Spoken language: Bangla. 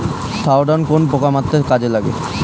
থাওডান কোন পোকা মারতে কাজে লাগে?